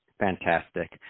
Fantastic